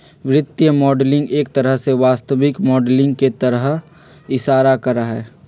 वित्तीय मॉडलिंग एक तरह से वास्तविक माडलिंग के तरफ इशारा करा हई